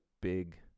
big